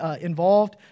involved